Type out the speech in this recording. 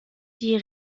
die